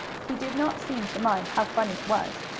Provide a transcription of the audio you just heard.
he did not seem to mind how funny it was,